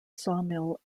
sawmill